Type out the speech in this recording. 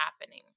happening